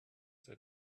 that